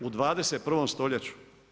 U 21. stoljeću.